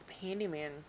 handyman